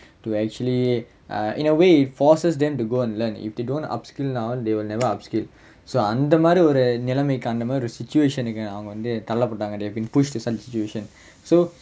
to actually uh in a way it forces them to go and learn if they don't upskill now they will never upskill so அந்த மாறி ஒரு நிலைமைக்கு அந்த மாறி ஒரு:antha maari oru nilaimaikku antha maari oru situation கு அவங்க வந்து தள்ள பட்டாங்க:ku avanga vanthu thalla pattaanga they been pushed to such situation so